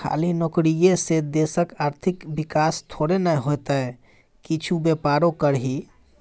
खाली नौकरीये से देशक आर्थिक विकास थोड़े न हेतै किछु बेपारो करही